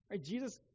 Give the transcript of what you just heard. Jesus